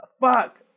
fuck